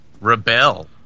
rebel